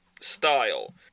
style